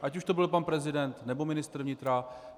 ať už to byl pan prezident, nebo ministr vnitra.